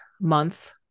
month